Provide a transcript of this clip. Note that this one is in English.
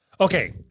okay